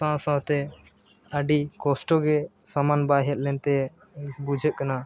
ᱥᱟᱶᱼᱥᱟᱶᱛᱮ ᱟᱹᱰᱤ ᱠᱚᱥᱴᱚ ᱜᱮ ᱥᱟᱢᱟᱱ ᱵᱟᱭ ᱦᱮᱡ ᱞᱮᱱᱛᱮ ᱵᱩᱡᱷᱟᱹᱜ ᱠᱟᱱᱟ